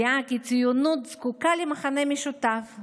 שזיהה כי הציונות זקוקה למכנה משותף,